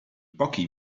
pochi